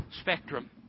spectrum